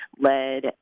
led